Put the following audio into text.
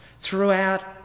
throughout